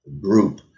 group